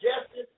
justice